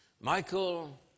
Michael